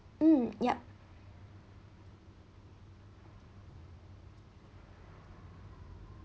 mm yup